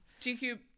GQ